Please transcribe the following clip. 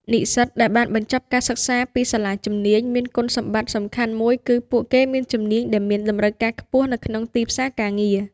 និស្សិតដែលបានបញ្ចប់ការសិក្សាពីសាលាជំនាញមានគុណសម្បត្តិសំខាន់មួយគឺពួកគេមានជំនាញដែលមានតម្រូវការខ្ពស់នៅក្នុងទីផ្សារការងារ។